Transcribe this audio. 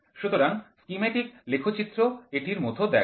সুতরাং স্কিম্যাটিক লেখচিত্রটি এটির মতো দেখায়